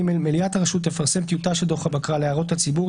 (ג) מליאת הרשות תפרסם טיוטה של דוח הבקרה להערות הציבור,